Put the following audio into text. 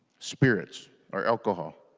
spirits or alcohol